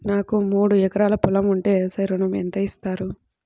నాకు మూడు ఎకరాలు పొలం ఉంటే వ్యవసాయ ఋణం ఎంత ఇస్తారు?